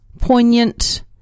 poignant